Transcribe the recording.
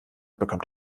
bekommt